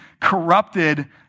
corrupted